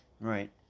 Right